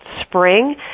spring